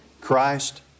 Christ